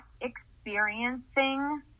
experiencing